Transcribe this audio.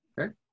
Okay